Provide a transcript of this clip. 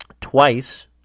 twice